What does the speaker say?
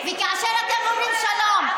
וכאשר אתם אומרים שלום,